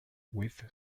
with